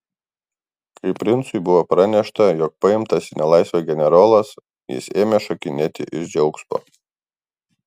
kai princui buvo pranešta jog paimtas į nelaisvę generolas jis ėmė šokinėti iš džiaugsmo